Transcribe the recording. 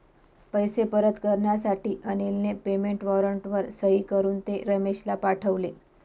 पैसे परत करण्यासाठी अनिलने पेमेंट वॉरंटवर सही करून ते रमेशला पाठवले